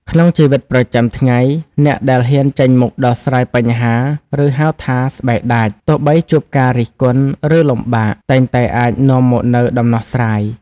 ក្នុងជីវិតប្រចាំថ្ងៃ អ្នកដែលហ៊ានចេញមុខដោះស្រាយបញ្ហា ឬហៅថា ស្បែកដាច ទោះបីជួបការរិះគន់ ឬលំបាក តែងតែអាចនាំមកនូវដំណោះស្រាយ។